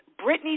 Britney